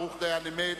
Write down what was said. ברוך דיין אמת.